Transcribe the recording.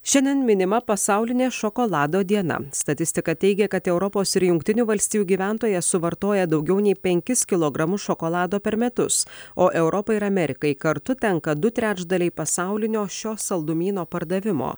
šiandien minima pasaulinė šokolado diena statistika teigia kad europos ir jungtinių valstijų gyventojas suvartoja daugiau nei penkis kilogramus šokolado per metus o europai ir amerikai kartu tenka du trečdaliai pasaulinio šio saldumyno pardavimo